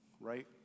right